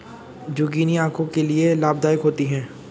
zucchini आंखों के लिए लाभदायक होती है